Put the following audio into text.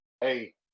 hey